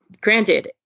granted